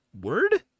word